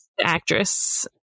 actress